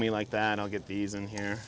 me like that i'll get these and here